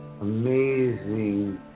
amazing